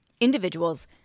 individuals